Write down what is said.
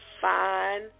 fine